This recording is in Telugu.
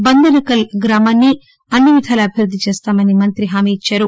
బందనకల్ గ్రామాన్ని అన్ని విధాలా అభివృద్ది చేస్తామని మంత్రి హామీ ఇచ్చారు